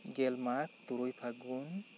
ᱜᱮᱞ ᱢᱟᱜᱽ ᱛᱩᱨᱩᱭ ᱯᱷᱟᱹᱜᱩᱱ